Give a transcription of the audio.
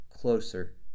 closer